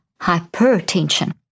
hypertension